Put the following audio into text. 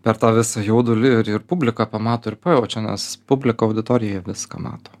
per tą visą jaudulį ir ir publika pamato ir pajaučia nes publika auditorija viską mato